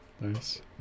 Nice